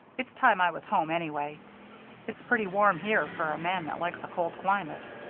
it's time i was home, anyway it's pretty warm here for a man that likes a cold climate.